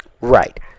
right